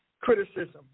criticism